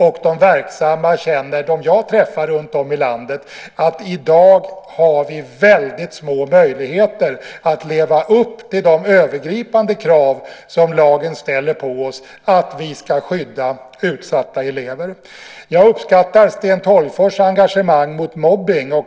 Verksamma runtom i landet som jag träffar känner att de i dag har väldigt små möjligheter att leva upp till de övergripande krav som lagen ställer på dem när det gäller att skydda utsatta elever. Jag uppskattar Sten Tolgfors engagemang mot mobbning.